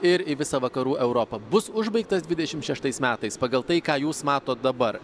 ir į visą vakarų europą bus užbaigtas dvidešim šeštais metais pagal tai ką jūs matot dabar